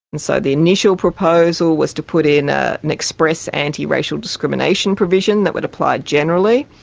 and so the initial proposal was to put in ah an express antiracial discrimination provision that would apply generally.